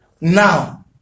Now